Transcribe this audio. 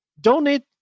donate